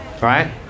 right